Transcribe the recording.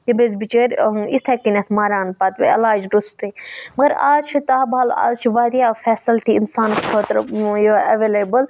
تم ٲسۍ بِچٲرۍ اِتھَے کٔنٮٚتھ مَران پَتہٕ علاج روٚستٕے مگر آز چھِ تابہال آز چھِ واریاہ فیسَلٹی اِنسانَس خٲطرٕ یہِ اویلیبٕل